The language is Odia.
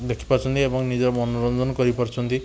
ଦେଖିପାରୁଛନ୍ତି ଏବଂ ନିଜ ମନୋରଞ୍ଜନ କରିପାରୁଛନ୍ତି